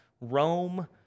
Rome